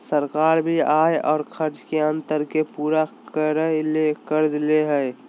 सरकार भी आय और खर्च के अंतर के पूरा करय ले कर्ज ले हइ